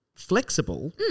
flexible